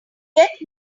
get